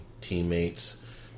teammates